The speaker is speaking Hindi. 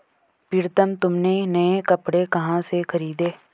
प्रितम तुमने नए कपड़े कहां से खरीदें?